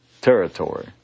territory